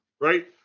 right